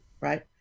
right